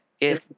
Yes